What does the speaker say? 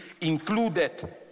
included